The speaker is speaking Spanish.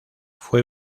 fue